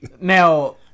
Now